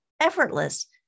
effortless